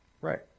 right